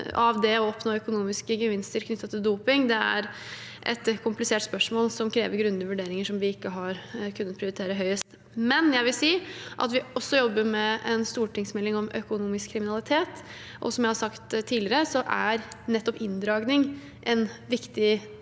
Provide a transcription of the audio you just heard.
å oppnå økonomiske gevinster knyttet til doping, er et komplisert spørsmål som krever grundige vurderinger, og som vi ikke har kunnet prioritere høyest. Vi jobber også med en stortingsmelding om økonomisk kriminalitet, og som jeg har sagt tidligere, er nettopp inndragning en viktig